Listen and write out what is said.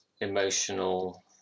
emotional